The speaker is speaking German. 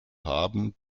haben